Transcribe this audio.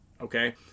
Okay